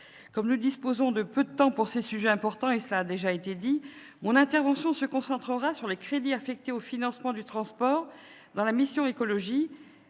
comme nous disposons de peu de temps pour étudier ces sujets importants- cela a été dit -, mon intervention se concentrera sur les crédits affectés au financement du transport dans la mission « Écologie,